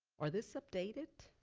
are this updated?